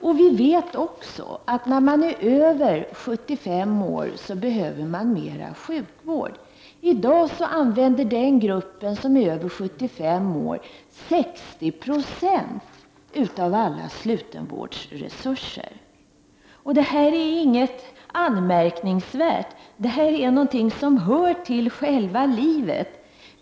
Och vi vet också att människor över 75 år behöver mer sjukvård än andra. I dag använder den grupp människor som är över 75 år 60 Yo av alla slutenvårdsresurser. Det här är inte något anmärkningsvärt, utan det är någonting som hör till själva livet.